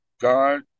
God